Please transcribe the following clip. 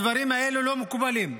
הדברים האלה לא מקובלים.